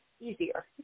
easier